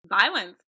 Violence